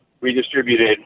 redistributed